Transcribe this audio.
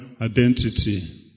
identity